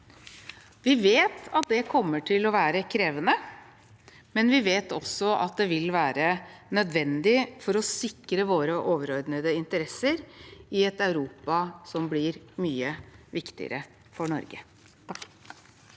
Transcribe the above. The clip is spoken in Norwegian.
i 2023 2023 kommer til å være krevende, men vi vet også at det vil være nødvendig for å sikre våre overordnede interesser i et Europa som blir mye viktigere for Norge. Bengt